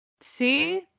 See